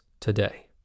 today